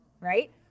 right